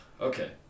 okay